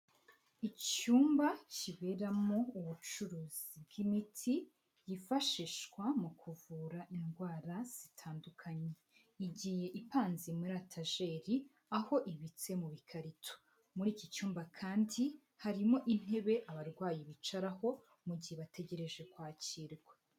Icyumba kibera mu ubucuruzi bw'imiti yifashishwa mu kuvura indwara zitandukanye, igiye ipanze mari etajeri, aho ibitse mu bikarito. Muri iki cyumba kandi harimo intebe abarwayi bicaraho mu gihe bategereje kwakirwa.